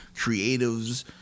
creatives